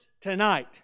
tonight